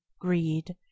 greed